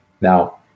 Now